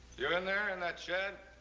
you in there in that shed?